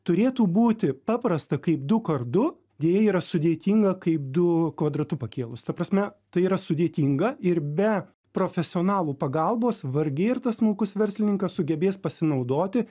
turėtų būti paprasta kaip du kart du deja yra sudėtinga kaip du kvadratu pakėlus ta prasme tai yra sudėtinga ir be profesionalų pagalbos vargiai ar tas smulkus verslininkas sugebės pasinaudoti